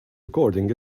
recording